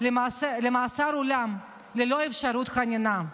עד מאסר עולם ללא אפשרות חנינה.